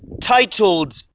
titled